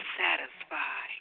satisfy